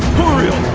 toriel